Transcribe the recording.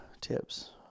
tips